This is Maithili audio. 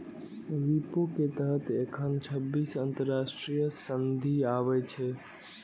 विपो के तहत एखन छब्बीस अंतरराष्ट्रीय संधि आबै छै